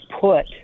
put